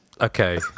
Okay